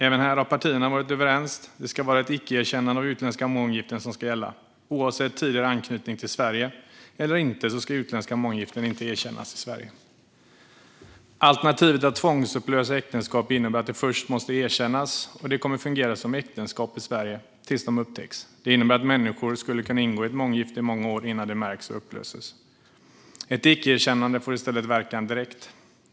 Även här har partierna varit överens: Det ska vara ett icke-erkännande av utländska månggiften som ska gälla. Oavsett parternas tidigare anknytning till Sverige ska utländska månggiften inte erkännas i Sverige. Alternativet att tvångsupplösa äktenskap innebär att de först måste erkännas, och de kommer att fungera som äktenskap i Sverige tills de upptäcks. Det innebär att människor skulle kunna ingå i ett månggifte i många år innan det märks och äktenskapet blir upplöst. Ett icke-erkännande får i stället verkan direkt.